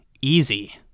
easy